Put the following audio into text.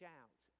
out